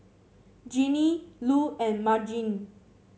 Ginny Lu and Margene